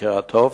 במקרה הטוב,